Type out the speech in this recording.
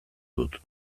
dut